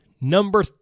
number